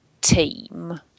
team